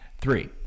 Three